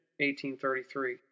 1833